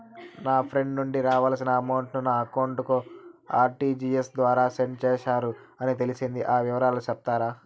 నా ఫ్రెండ్ నుండి రావాల్సిన అమౌంట్ ను నా అకౌంట్ కు ఆర్టిజియస్ ద్వారా సెండ్ చేశారు అని తెలిసింది, ఆ వివరాలు సెప్తారా?